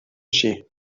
she